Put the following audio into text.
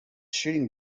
shooting